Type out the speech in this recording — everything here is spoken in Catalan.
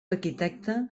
arquitecte